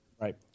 right